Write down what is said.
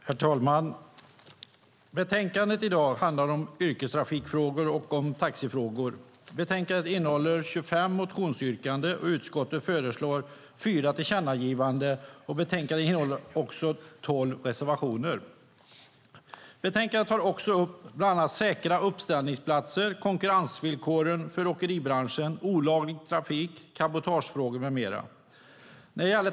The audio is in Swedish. Herr talman! Betänkandet i dag handlar om yrkestrafikfrågor och om taxifrågor. Betänkandet innehåller 35 motionsyrkanden, och utskottet föreslår fyra tillkännagivanden. Betänkandet innehåller tio reservationer och två särskilda yttranden. I betänkandet tas också upp frågor om säkra uppställningsplatser, konkurrensvillkoren för åkeribranschen, olaglig trafik, cabotagefrågor med mera.